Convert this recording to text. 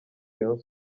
rayon